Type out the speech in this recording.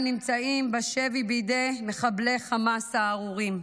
נמצאים בשבי בידי מחבלי חמאס הארורים.